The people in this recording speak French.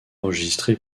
enregistré